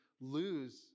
lose